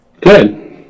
Good